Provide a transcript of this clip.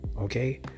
Okay